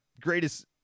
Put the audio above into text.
greatest